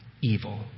evil